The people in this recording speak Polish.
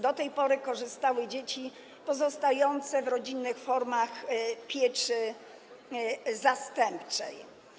Do tej pory korzystały dzieci pozostające w rodzinnych formach pieczy zastępczej.